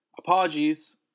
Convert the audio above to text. Apologies